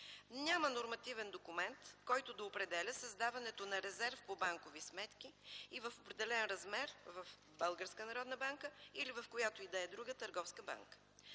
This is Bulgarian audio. Няма нормативен документ, който да определя създаването на резерв по банкови сметки и в определен размер в БНБ или в която и да е друга търговска банка.